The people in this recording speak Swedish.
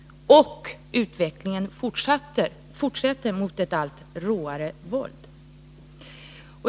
Och utvecklingen fortsätter mot allt råare våld.